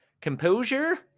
composure